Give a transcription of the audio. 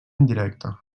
indirecte